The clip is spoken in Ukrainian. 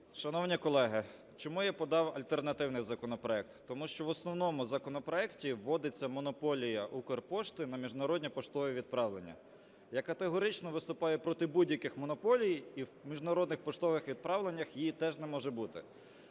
Шановні колеги, чому я подав альтернативний законопроект? Тому що в основному законопроекті вводиться монополія Укрпошти на міжнародні поштові відправлення. Я категорично виступаю проти будь-яких монополій, і в міжнародних поштових відправленнях її теж не може бути.